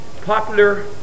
popular